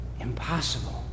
Impossible